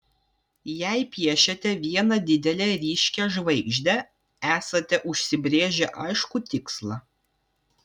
jei piešiate vieną didelę ryškią žvaigždę esate užsibrėžę aiškų tikslą